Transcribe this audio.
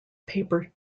paper